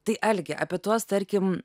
tai algi apie tuos tarkim